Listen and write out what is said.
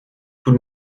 tout